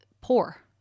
poor